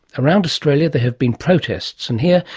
around australia there have been protests and here,